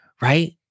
right